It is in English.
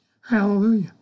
Hallelujah